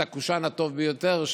את הקושאן הטוב ביותר,